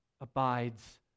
abides